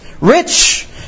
Rich